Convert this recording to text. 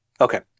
Okay